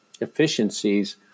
efficiencies